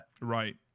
Right